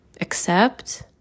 accept